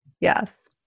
Yes